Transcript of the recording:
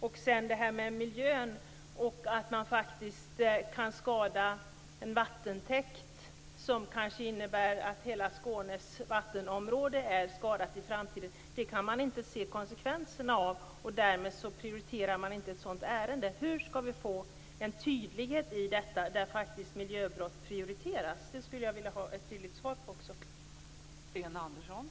Sedan är det frågan om miljön och att en vattentäkt kan skadas, vilket kanske innebär att hela Skånes vattenområde är skadat i framtiden. Det kan man inte se konsekvenserna av, och därmed prioriterar man inte ett sådant ärende. Hur skall vi få en tydlighet i detta, där miljöbrott faktiskt prioriteras? Jag skulle vilja ha ett tydligt svar på den frågan.